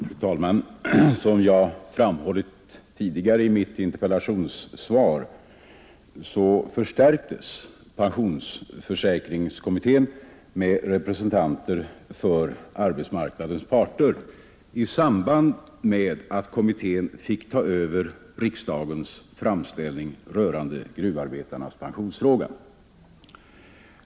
Fru talman! Som jag framhållit i mitt interpellationssvar förstärktes pensionsförsäkringskommittén med representanter för arbetsmarknadens parter i samband med att kommittén fick ta över riksdagens framställning rörande frågan om gruvarbetarnas pension.